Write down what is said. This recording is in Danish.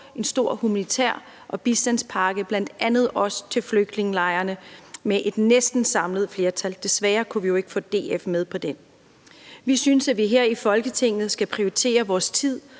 en stor humanitær bistandspakke bl.a. også til flygtningelejrene med et næsten samlet flertal. Desværre kunne vi jo ikke få DF med på den. Vi synes, at vi her i Folketinget skal prioritere vores tid